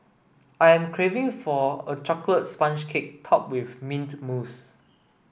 I am craving for a chocolate sponge cake topped with mint mousse